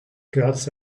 guards